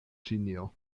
ĉinio